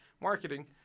marketing